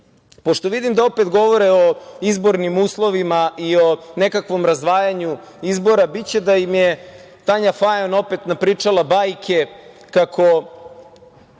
neće. Pošto vidim da opet govore o izbornim uslovima i o nekakvom razdvajanju izbora, biće da im je Tanja Fajon opet napričala bajke kako